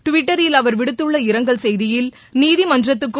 டுவிட்டரில் அவர் விடுத்துள்ள இரங்கல் செய்தியில் நீதிமன்றத்துக்கும்